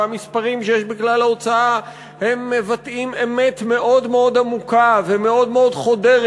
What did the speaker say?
והמספרים שיש בכלל ההוצאה מבטאים אמת מאוד עמוקה ומאוד חודרת,